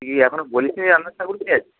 তুই এখনও বলিস নি রান্নার ঠাকুরকে